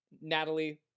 natalie